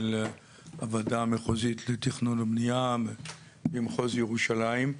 של הוועדה המחוזית לתכנון ובנייה של מחוז ירושלים.